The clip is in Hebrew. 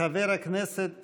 חברת הכנסת